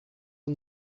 are